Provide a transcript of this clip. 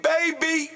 Baby